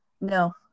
No